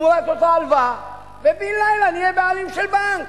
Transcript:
תמורת אותה הלוואה, ובן-לילה נהיה בעלים של בנק.